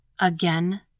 Again